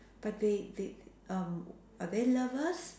but they they um are they lovers